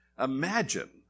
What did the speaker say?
Imagine